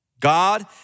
God